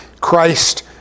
Christ